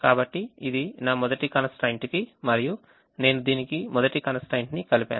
కాబట్టి ఇది నా మొదటి constraint కి మరియు నేను దీనికి మొదటి constraint ని కలిపాను